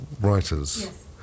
writers